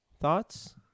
Thoughts